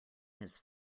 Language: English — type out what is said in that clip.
his